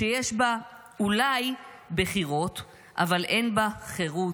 שיש בה (אולי) בחירות אבל אין בה חירות,